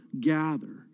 gather